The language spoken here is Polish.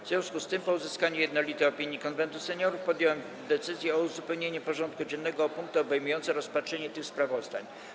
W związku z tym, po uzyskaniu jednolitej opinii Konwentu Seniorów, podjąłem decyzję o uzupełnieniu porządku dziennego o punkty obejmujące rozpatrzenie tych sprawozdań.